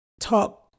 talk